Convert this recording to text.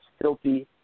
filthy